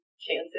chances